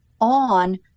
on